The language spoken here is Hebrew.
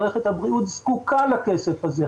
מערכת הבריאות זקוקה לכסף הזה.